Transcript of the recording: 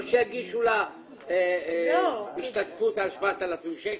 שיגישו לה השתתפות על 7,000 שקלים.